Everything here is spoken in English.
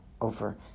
over